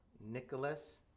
Nicholas